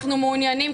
אנחנו מעוניינים,